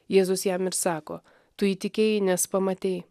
jėzus jam ir sako tu įtikėjai nes pamatei